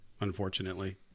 unfortunately